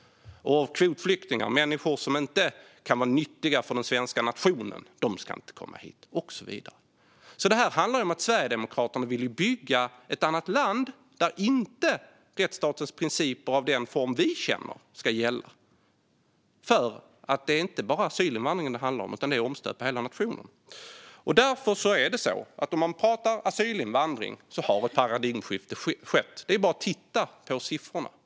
Och kvotflyktingar, människor som inte kan vara nyttiga för den svenska nationen, ska inte komma hit! Så låter det, och så fortsätter det. Det här handlar om att Sverigedemokraterna vill bygga ett annat land där rättsstatens principer i den form vi känner dem inte ska gälla. Det är nämligen inte bara asylinvandringen det handlar om, utan det är en omstöpning av hela nationen. Om man pratar asylinvandring har ett paradigmskifte alltså skett. Det är bara att titta på siffrorna.